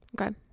Okay